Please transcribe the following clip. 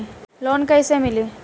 Loan कइसे मिली?